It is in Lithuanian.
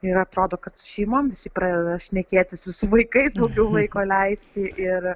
ir atrodo kad su šeimom visi pradeda šnekėtis vaikai daugiau laiko leisti ir